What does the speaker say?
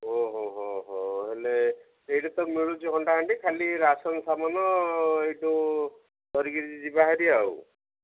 ଓହୋ ହୋ ହୋ ହେଲେ ସେଇଠି ତ ମିଳୁଛି ହଣ୍ଡା ହାଣ୍ଡି ଖାଲି ରାସନ ସାାମାନ ଏଇଠୁ ଧରିକିରି ଯିବା ହେରି ଆଉ